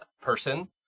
person